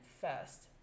first